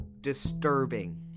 disturbing